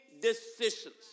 decisions